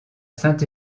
saint